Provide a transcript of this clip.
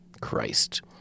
Christ